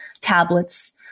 tablets